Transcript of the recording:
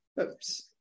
Oops